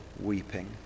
weeping